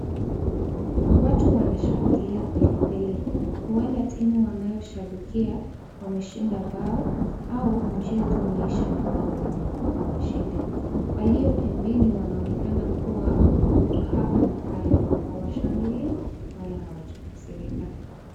Watu wanashangilia kweli kweli, henda timu wanayoshabikia, wameshinda bao, au mchezo umeisha na wao wameibuka washindi. Walio pembeni wanaonekana kuwa wako hapa na pale, hawashangili wala hawajakasirika.